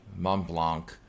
Montblanc